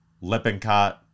Lippincott